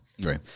Right